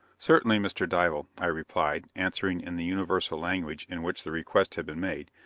certainly, mr. dival, i replied, answering in the universal language in which the request had been made.